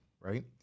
right